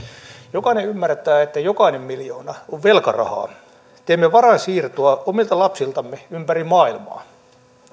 jokainen ymmärtää että jokainen miljoona on velkarahaa teemme varainsiirtoa omilta lapsiltamme ympäri maailmaa